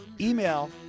email